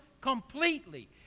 completely